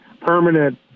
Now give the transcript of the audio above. permanent